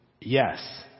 yes